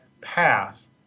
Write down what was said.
path